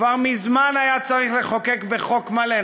כבר מזמן היה צריך לחוקק בחוק מלא.